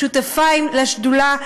שותפיי לשדולה,